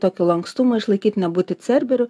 tokį lankstumą išlaikyt nebūti cerberiu